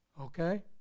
Okay